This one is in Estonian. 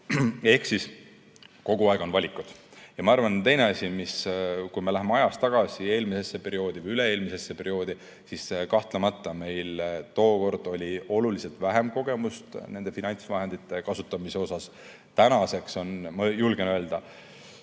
Ehk kogu aeg on valikud. Ja teine asi, kui me läheme ajas tagasi eelmisesse perioodi või üle-eelmisesse perioodi, siis kahtlemata meil tookord oli oluliselt vähem kogemust nende finantsvahendite kasutamisega. Tänaseks on, ma julgen öelda,